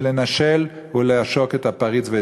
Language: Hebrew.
ולנשל ולעשוק את הפריץ.